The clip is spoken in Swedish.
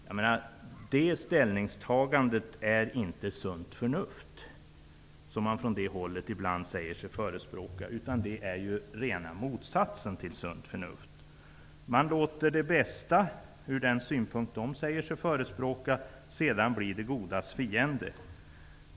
Ett sådant ställningstagande representerar inte ''sunt förnuft'', något som man ibland från Ny demokratis sida säger sig förespråka. Det är rena motsatsen till sunt förnuft. Man låter det bästa, ur den synpunkt som nydemokraterna säger sig förespråka, bli det godas fiende.